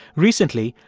recently,